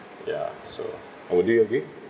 ya so I will be okay